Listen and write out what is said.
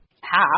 half